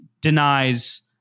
denies